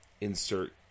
insert